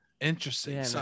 Interesting